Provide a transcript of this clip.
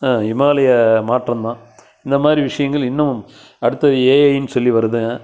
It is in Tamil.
இமாலய மாற்றந்தான் இந்தமாதிரி விஷயங்கள் இன்னமும் அடுத்த ஏஐனு சொல்லி வருதுங்க